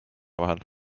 vahel